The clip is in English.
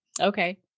Okay